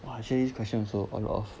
!wah! you see this question also a lot of